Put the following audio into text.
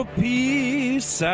peace